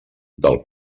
del